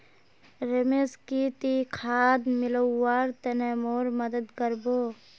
रमेश की ती खाद मिलव्वार तने मोर मदद कर बो